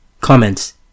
Comments